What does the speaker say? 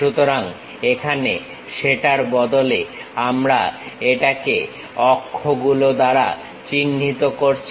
সুতরাং এখানে সেটার বদলে আমরা এটাকে অক্ষগুলো দ্বারা চিহ্নিত করছি